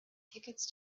tickets